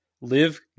live